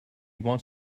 wants